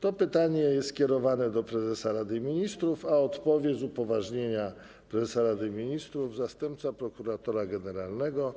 To pytanie jest skierowane do prezesa Rady Ministrów, a odpowie z upoważnienia prezesa Rady Ministrów zastępca prokuratora generalnego,